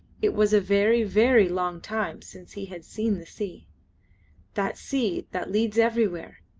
it was a very, very long time since he had seen the sea that sea that leads everywhere,